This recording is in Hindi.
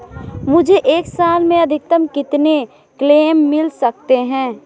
मुझे एक साल में अधिकतम कितने क्लेम मिल सकते हैं?